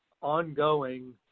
ongoing